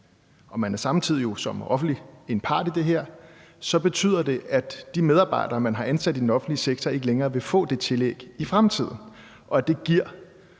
og man jo samtidig som offentlig instans er en part i det her, betyder det, at de medarbejdere, man har ansat i den offentlige sektor, ikke længere vil få det tillæg i fremtiden, og at det giver